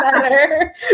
better